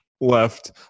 left